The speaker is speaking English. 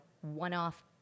one-off